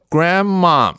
Grandma